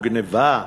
או גנבה,